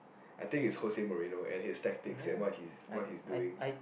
I think is Jose-Mourinho and his tactics and what he's what he's doing